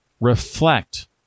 reflect